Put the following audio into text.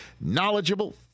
knowledgeable